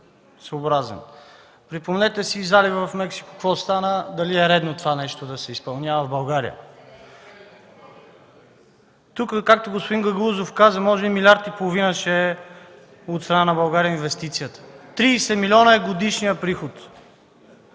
Припомнете си залива в Мексико. Какво стана, дали е редно това нещо да се изпълнява в България? Тук, както господин Гагаузов каза, може би милиард и половина ще е от страна на България инвестицията, 30 милиона е годишният приход,